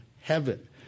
heaven